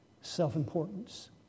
self-importance